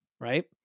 right